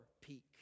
peak